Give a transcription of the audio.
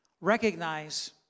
recognize